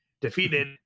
defeated